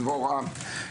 דבורה.